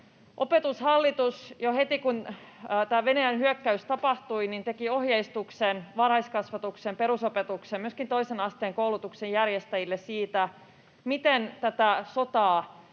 Opetushallitus teki heti, kun tämä Venäjän hyökkäys tapahtui, ohjeistuksen varhaiskasvatuksen, perusopetuksen ja myöskin toisen asteen koulutuksen järjestäjille siitä, miten tätä sotaa